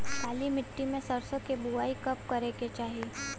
काली मिट्टी में सरसों के बुआई कब करे के चाही?